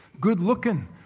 good-looking